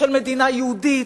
"מדינה יהודית",